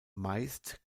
meist